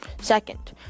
Second